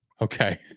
Okay